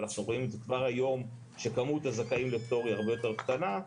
ואנחנו רואים כבר היום שכמות הזכאים לפטור היא הרבה יותר קטנה.